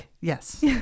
Yes